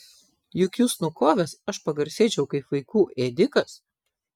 juk jus nukovęs aš pagarsėčiau kaip vaikų ėdikas